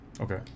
Okay